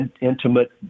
intimate